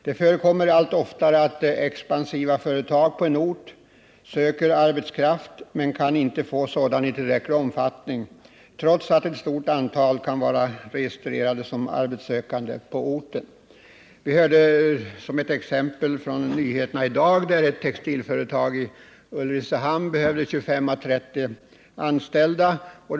Det förekommer allt oftare att expansiva företag på en ort söker arbetskraft men inte kan få sådan i tillräcklig omfattning trots att ett stort antal människor kan vara registrerade som arbetssökande på orten. Vi hörde ett exempel på detta i nyheterna i dag, där ett textilföretag i Ulricehamn behövde anställa 25 å 30 personer.